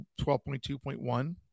12.2.1